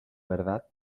verdad